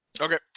okay